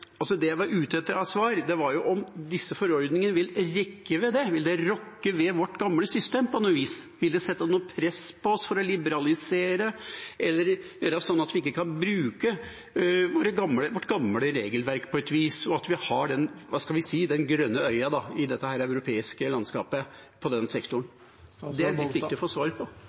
Det svaret jeg var ute etter, var om disse forordningene vil rikke ved det. Vil det rokke ved vårt gamle system på noe vis? Vil det sette noe press på oss for å liberalisere eller gjøre sånn at vi ikke kan bruke vårt gamle regelverk på et vis, og at vi har den, hva skal vi si, grønne øya i dette europeiske landskapet på den sektoren? Det er det litt viktig å få svar på.